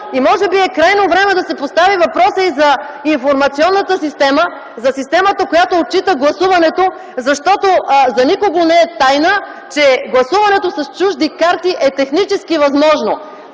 и може би е крайно време да се постави въпросът и за информационната система – за системата, която отчита гласуването, защото за никого не е тайна, че гласуването с чужди карти е техническо възможно.